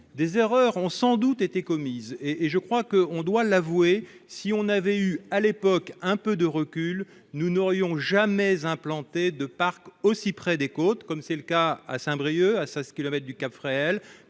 des erreurs ont sans doute été commises et et je crois que on doit l'avouer : si on avait eu à l'époque un peu de recul, nous n'aurions jamais implanté de Park aussi près des côtes, comme c'est le cas à Saint-Brieuc ah ça se